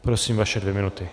Prosím, vaše dvě minuty.